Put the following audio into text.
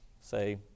say